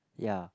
ya